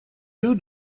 you